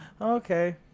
okay